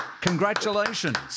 Congratulations